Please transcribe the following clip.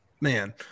Man